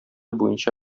буенча